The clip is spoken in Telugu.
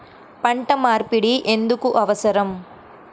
పంట మార్పిడి ఎందుకు అవసరం?